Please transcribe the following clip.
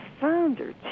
Founder